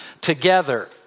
together